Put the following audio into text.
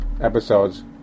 episodes